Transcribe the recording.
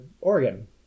Oregon